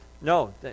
No